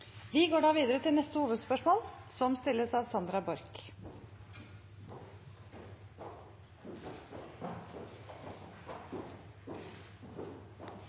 Vi går videre til neste hovedspørsmål.